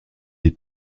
des